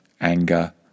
anger